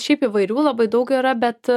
šiaip įvairių labai daug yra bet